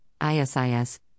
ISIS